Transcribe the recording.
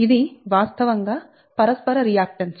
ఇది వాస్తవంగా పరస్పర రియాక్టన్స్